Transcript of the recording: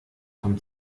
vom